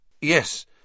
Yes